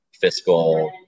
fiscal